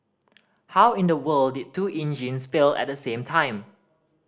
how in the world did two engines fail at the same time